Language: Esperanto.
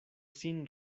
sin